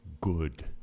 Good